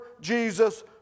Jesus